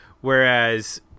Whereas